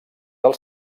del